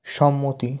সম্মতি